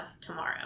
tomorrow